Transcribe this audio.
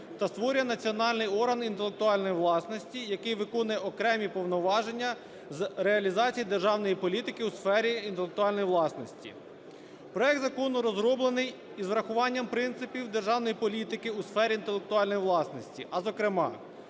та створює національний орган інтелектуальної власності, який виконує окремі повноваження з реалізації державної політики у сфері інтелектуальної власності. Проект закону розроблений із урахуванням принципів державної політики у сфері інтелектуальної власності, а зокрема: